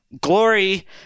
glory